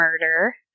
Murder